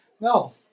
No